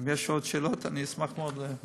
אם יש עוד שאלות, אשמח לענות.